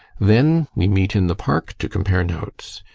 then we meet in the park to compare notes.